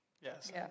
yes